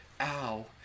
ow